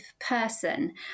person